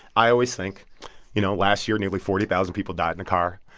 i always think you know, last year nearly forty thousand people died in a car.